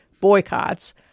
boycotts